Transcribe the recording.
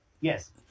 Yes